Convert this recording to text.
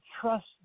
trust